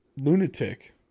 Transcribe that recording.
Lunatic